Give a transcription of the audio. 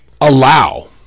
allow